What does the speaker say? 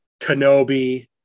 kenobi